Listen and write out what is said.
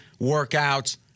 workouts